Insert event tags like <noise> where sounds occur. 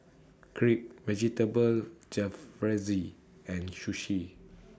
Crepe Vegetable Jalfrezi and Sushi <noise>